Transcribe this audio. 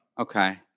Okay